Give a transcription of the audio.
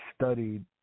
studied